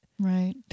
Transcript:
Right